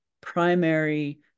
primary